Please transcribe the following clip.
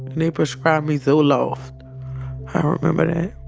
they prescribed me zoloft i remember